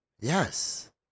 Yes